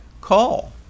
Call